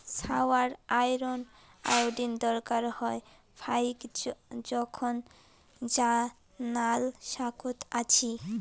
ছাওয়ার iron, iodine দরকার হয় ফাইক জোখন যা নাল শাকত আছি